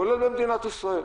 כולל במדינת ישראל,